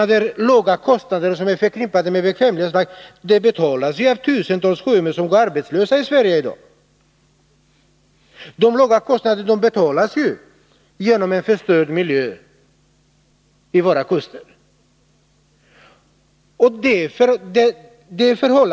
De låga kostnader som är förknippade med transporter under bekvämlighetsflagg betalas av tusentals sjömän som i dag går arbetslösa i Sverige. De låga kostnaderna betalas genom en förstörd miljö vid våra kuster.